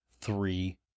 three